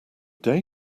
day